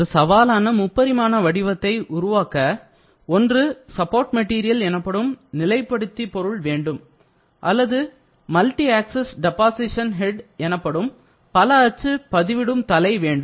ஒரு சவாலான முப்பரிமாண வடிவத்தை உருவாக்க ஒன்று சப்போர்ட் மெட்டீரியல் எனப்படும் நிலைப்படுத்தி பொருள் வேண்டும் அல்லது மல்டி அக்சிஸ் டெப்பாசீஷன் ஹெட் எனப்படும் பல அச்சு பதிவிடும் தலை வேண்டும்